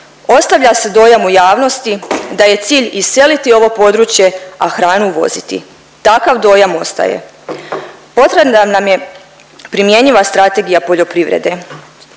ostavlja se dojam u javnosti da je cilj iseliti ovo područje, a hranu uvoziti. Takav dojam ostaje. Potrebna nam je primjenjiva strategija poljoprivrede